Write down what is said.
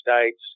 states